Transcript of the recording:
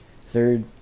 Third